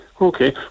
Okay